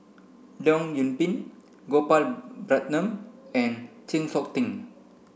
Leong Yoon Pin Gopal Baratham and Chng Seok Tin